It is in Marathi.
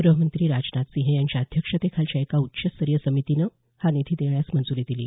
गृहमंत्री राजनाथ सिंह यांच्या अध्यक्षतेखालच्या एका उच्चस्तरीय समितीनं हा निधी देण्यास मंजुरी दिली